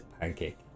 pancake